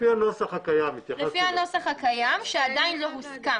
לפי הנוסח הקיים, שעדיין לא הוסכם.